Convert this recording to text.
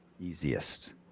easiest